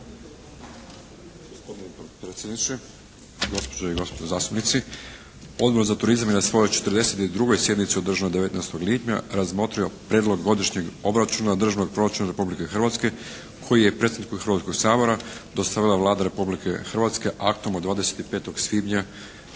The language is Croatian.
Gospodine potpredsjedniče, gospođe i gospodo zastupnici! Odbor za turizam je na svojoj 42. sjednici održanoj 19. lipnja razmotrio Prijedlog godišnjeg obračuna državnog proračuna Republike Hrvatske koji je predsjedniku Hrvatskog sabora dostavila Vlada Republike Hrvatske aktom od 25. svibnja